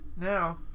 now